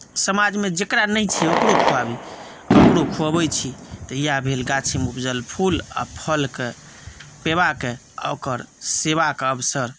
समाजमे जकरा नहि छै ओकरो खुआबी आओर ओकरो खुअबैत छी तऽ इएह भेल गाछीमे उपजल फूल आ फलके पयवाके ओकर सेवाके अवसर